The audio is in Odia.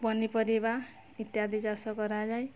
ପନିପରିବା ଇତ୍ୟାଦି ଚାଷ କରାଯାଏ